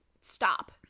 stop